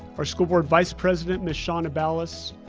our school board vice-president, miss shaunna ballas,